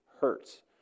hurts